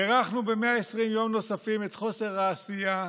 הארכנו ב-120 יום נוספים את חוסר העשייה,